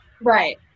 Right